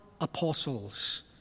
apostles